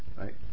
right